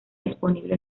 disponible